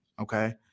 Okay